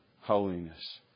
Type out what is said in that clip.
holiness